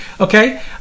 Okay